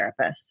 therapists